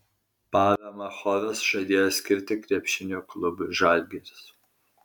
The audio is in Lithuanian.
paramą choras žadėjo skirti krepšinio klubui žalgiris